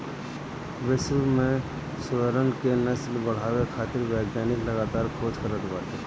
विश्व में सुअरन क नस्ल बढ़ावे खातिर वैज्ञानिक लगातार खोज करत बाटे